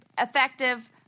effective